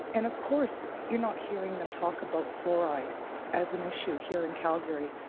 and of course you're not hearing them talk about fluoride as an issue here in calgary.